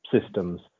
systems